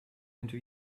into